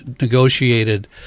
negotiated